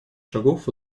шагов